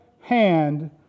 hand